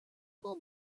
pull